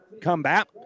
comeback